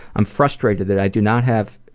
i'm frustrated that i do not have.